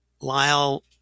lyle